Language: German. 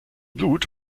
blut